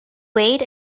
wade